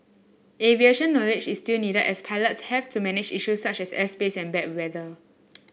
aviation knowledge is still needed as pilots have to manage issue such as airspace and bad weather